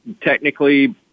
technically